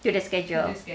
to the schedule